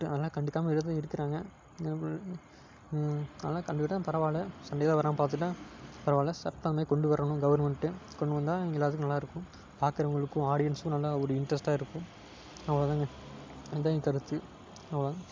but அதெல்லாம் கண்டுக்காமல் இருந்து இருக்கறாங்க அதெல்லாம் கண்டுக்கிட்டால் பரவாயில்ல சண்டை எதா வராமல் பார்த்துக்கிட்டா பரவாயில்ல சட்டமே கொண்டு வரணும் கவர்மென்ட்டு கொண்டு வந்தா எங்கள் எல்லாத்துக்கும் நல்லா இருக்கும் பார்க்குறவங்களுக்கும் ஆடியன்ஸ்ஸுக்கும் நல்லா ஒரு இன்ட்ரெஸ்டாக இருக்கும் அவ்வளோ தாங்க இதான் என் கருத்து அவ்வளோ தான்